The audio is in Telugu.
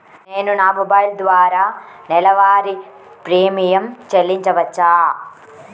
నేను నా మొబైల్ ద్వారా నెలవారీ ప్రీమియం చెల్లించవచ్చా?